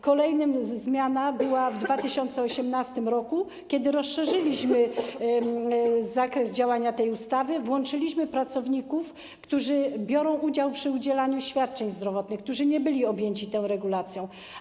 Kolejna zmiana była w 2018 r., kiedy rozszerzyliśmy zakres jej działania, włączyliśmy pracowników, którzy biorą udział w udzielaniu świadczeń zdrowotnych, którzy nie byli objęci tą regulacją.